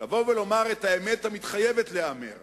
לבוא ולומר את האמת המתחייבת להיאמר